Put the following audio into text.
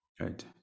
Right